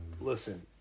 listen